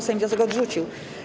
Sejm wniosek odrzucił.